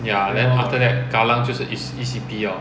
ya then after that kallang 就是 E_C_P liao